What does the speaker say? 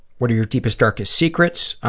what are your deepest, darkest secrets?